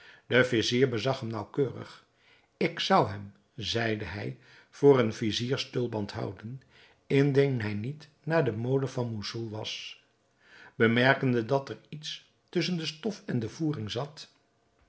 de vizier bezag hem naauwkeurig ik zou hem zeide hij voor een viziers tulband houden indien hij niet naar de mode van moussoul was bemerkende dat er iets tusschen de stof en de voering zat